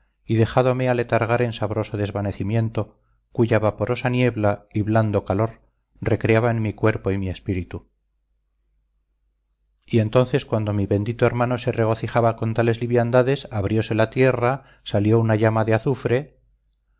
y dejádome aletargar en sabroso desvanecimiento cuya vaporosa niebla y blando calor recreaban mi cuerpo y mi espíritu y entonces cuando mi bendito hermanuco se regocijaba con tales liviandades abriose la tierra salió una llama de azufre